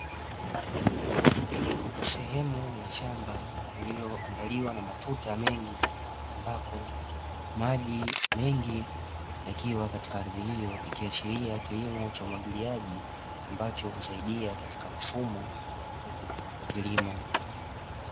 Sehemu ya shamba lililoandaliwa na matuta mengi ambako maji mengi yakiwa katika ardhi hiyo, ikiashiria kilimo cha umwagiliaji ambacho husaidia katika mfumo wa kilimo.